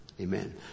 amen